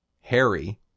Harry